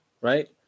Right